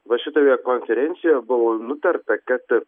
va šitoje konferencijoje buvo nutarta kad